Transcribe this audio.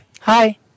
hi